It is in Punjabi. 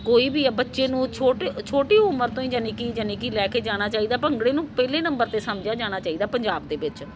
ਕੋਈ ਵੀ ਆ ਬੱਚੇ ਨੂੰ ਛੋਟੀ ਛੋਟੀ ਉਮਰ ਤੋਂ ਹੀ ਯਾਨੀ ਕਿ ਯਾਨੀ ਕਿ ਲੈ ਕੇ ਜਾਣਾ ਚਾਹੀਦਾ ਭੰਗੜੇ ਨੂੰ ਪਹਿਲੇ ਨੰਬਰ 'ਤੇ ਸਮਝਿਆ ਜਾਣਾ ਚਾਹੀਦਾ ਪੰਜਾਬ ਦੇ ਵਿੱਚ